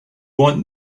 want